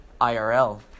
IRL